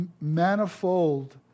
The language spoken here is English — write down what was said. manifold